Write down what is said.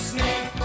Snake